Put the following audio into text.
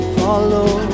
follow